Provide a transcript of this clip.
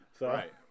Right